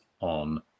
on